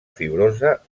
fibrosa